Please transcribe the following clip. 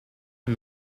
and